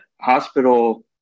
hospital